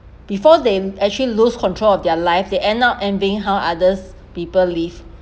before they actually lose control of their life they end up and being how others people live